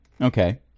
Okay